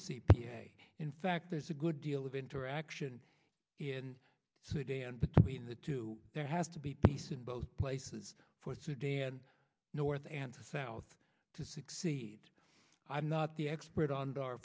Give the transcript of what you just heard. a in fact there's a good deal of interaction in sudan between the two there has to be peace in both places for sudan north and south to succeed i'm not the expert on